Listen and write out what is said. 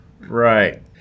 Right